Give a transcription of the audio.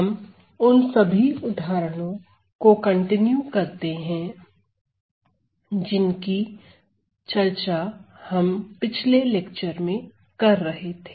हम उन सभी उदाहरणों को कंटिन्यू करते हैं जिनकी चर्चा हम पिछले लेक्चर में कर रहे थे